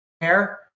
hair